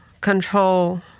control